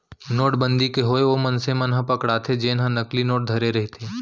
नोटबंदी के होय ओ मनसे मन ह पकड़ाथे जेनहा नकली नोट धरे रहिथे